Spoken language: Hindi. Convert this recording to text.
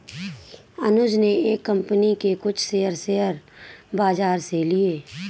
अनुज ने एक कंपनी के कुछ शेयर, शेयर बाजार से लिए